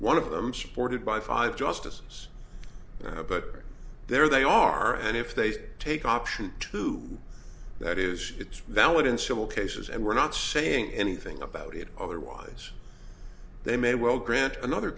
one of them supported by five justices but there they are and if they take option two that is it's valid in civil cases and we're not saying anything about it otherwise they may well grant another